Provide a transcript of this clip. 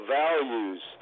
values